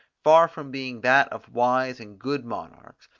far from being that of wise and good monarchs,